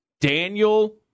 Daniel